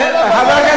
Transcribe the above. שתוק.